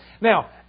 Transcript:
Now